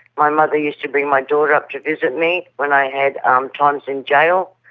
my mother used to bring my daughter up to visit me when i had um times in jail.